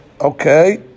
Okay